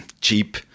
cheap